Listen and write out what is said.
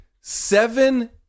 seven